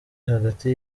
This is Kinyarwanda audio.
hagati